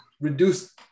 reduce